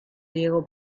diego